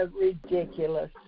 ridiculous